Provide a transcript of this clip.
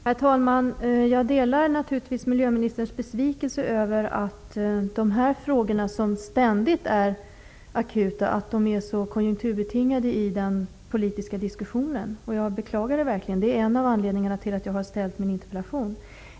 Herr talman! Jag delar naturligtvis miljöministerns besvikelse över att de här frågorna, som ständigt är akuta, är så konjunkturbetingade i den politiska diskussionen. Jag beklagar det verkligen. Det är en anledning till att jag har framställt interpellationen.